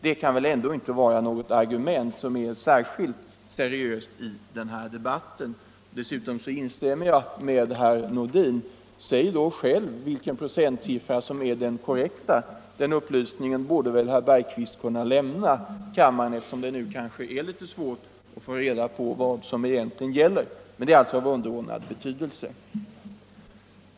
Det kan väl ändå inte vara något särskilt seriöst ar — ägarintressen i gument i den här debatten. direktreklamföre Dessutom instämmer jag med herr Nordin: Säg då själv vilken pro = tag centsiffra som är den korrekta! Den upplysningen borde väl herr Bergqvist lämna kammaren, eftersom det nu kanske är litet svårt att få reda på vad som egentligen gäller. Men det är alltså av underordnad betydelse.